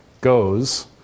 goes